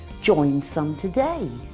join some today.